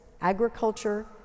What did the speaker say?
agriculture